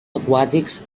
aquàtics